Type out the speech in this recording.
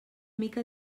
mica